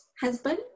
husband